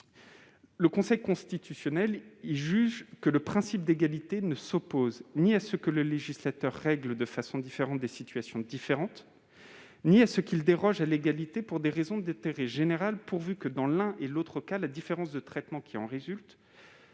le Conseil constitutionnel, « le principe d'égalité ne s'oppose ni à ce que le législateur règle de façon différente des situations différentes ni à ce qu'il déroge à l'égalité pour des raisons d'intérêt général pourvu que, dans l'un et l'autre cas, la différence de traitement qui en résulte